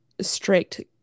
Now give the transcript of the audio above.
strict